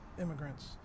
immigrants